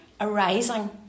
arising